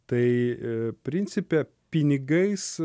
tai e principe pinigais